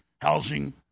housing